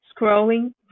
scrolling